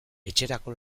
etxerako